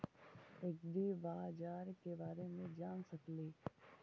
ऐग्रिबाजार के बारे मे जान सकेली?